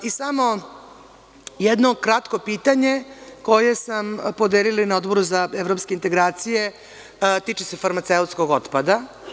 Samo jedno kratko pitanje koje sam podelila i na Odboru za evropske integracije, a tiče se farmaceutskog otpada.